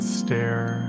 stare